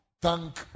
thank